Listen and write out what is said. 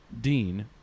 Dean